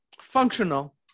functional